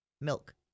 Milk